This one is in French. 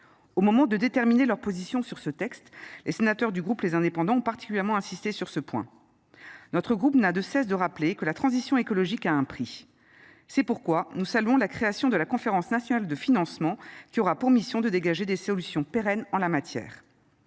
au moment de déterminer leur position sur ce texte les sénateurs du groupe Les indépendants ont particulièrement insisté sur ce point notre groupe n'a de cesse de rappeler que la transition écologique a un prix. C'est pourquoi nous saluons la création de la conférence nationale de financement, qui aura pour mission de dégager des solutions pérennes en la matière.